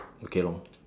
okay lor